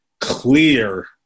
clear –